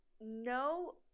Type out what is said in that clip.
no